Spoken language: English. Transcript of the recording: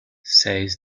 says